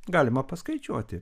galima paskaičiuoti